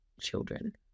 children